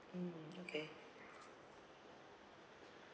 mm okay